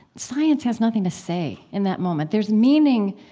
science has nothing to say in that moment. there's meaning,